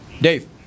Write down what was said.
Dave